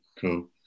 Cool